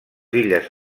illes